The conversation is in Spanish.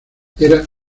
era